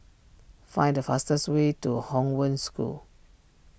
find the fastest way to Hong Wen School